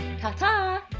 ta-ta